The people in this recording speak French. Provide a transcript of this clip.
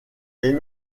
est